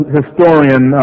historian